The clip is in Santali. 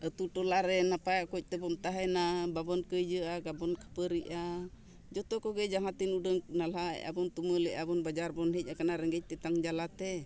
ᱟᱛᱳ ᱴᱚᱞᱟ ᱨᱮ ᱱᱟᱯᱟᱭ ᱠᱷᱚᱡ ᱛᱮᱵᱚᱱ ᱛᱟᱦᱮᱱᱟ ᱵᱟᱵᱚᱱ ᱠᱟᱹᱭᱟᱹᱜᱼᱟ ᱵᱟᱵᱚᱱ ᱠᱷᱟᱹᱯᱟᱹᱨᱤᱜᱼᱟ ᱡᱚᱛᱚ ᱠᱚᱜᱮ ᱡᱟᱦᱟᱸ ᱛᱤᱱ ᱩᱰᱟᱹᱝ ᱱᱟᱞᱦᱟ ᱵᱚᱱ ᱛᱩᱢᱟᱹᱞ ᱮᱵᱚᱱ ᱵᱟᱡᱟᱨ ᱵᱚᱱ ᱦᱮᱡ ᱟᱠᱟᱱᱟ ᱨᱮᱸᱜᱮᱡ ᱛᱮᱛᱟᱝ ᱡᱟᱞᱟᱛᱮ